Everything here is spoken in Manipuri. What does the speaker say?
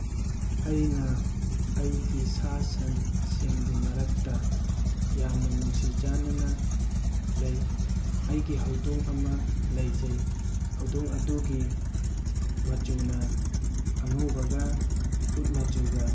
ꯑꯩꯅ ꯑꯩꯒꯤ ꯁꯥ ꯁꯟꯁꯤꯡꯒꯤ ꯃꯔꯛꯇ ꯌꯥꯝꯅ ꯅꯨꯡꯁꯤ ꯆꯥꯟꯅꯅ ꯂꯩ ꯑꯩꯒꯤ ꯍꯧꯗꯣꯡ ꯑꯃ ꯂꯩꯖꯩ ꯍꯧꯗꯣꯡ ꯑꯗꯨꯒꯤ ꯃꯆꯨꯅ ꯑꯉꯧꯕꯒ ꯎꯠ ꯃꯆꯨꯒ